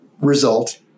result